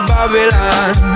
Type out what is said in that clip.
Babylon